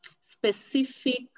specific